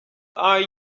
are